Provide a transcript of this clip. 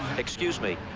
excuse me.